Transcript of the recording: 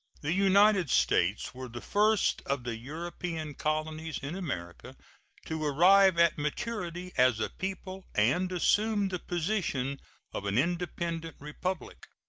the united states were the first of the european colonies in america to arrive at maturity as a people and assume the position of an independent republic.